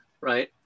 right